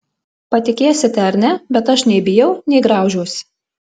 patikėsite ar ne bet aš nei bijau nei graužiuosi